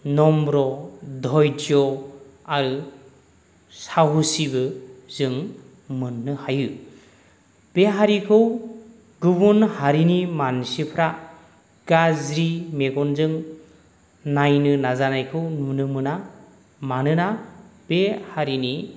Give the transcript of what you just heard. नम्र' धयज' आरो साहसिबो जों मोननो हायो बे हारिखौ गुबुन हारिनि मानसिफ्रा गाज्रि मेगनजों नायनो नाजानायखौ नुनो मोना मानोना बे हारिनि